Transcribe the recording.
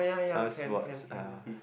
some sports are